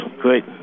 Great